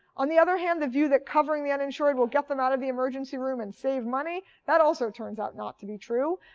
on the other hand, the view that covering the uninsured will get them out of the emergency room and save money, that also turns out not to be true.